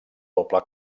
doble